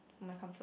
my comfort